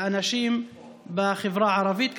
מהאנשים בחברה הערבית.